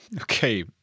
Okay